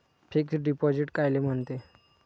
Fix deposit कायले म्हनते?